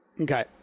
Okay